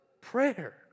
prayer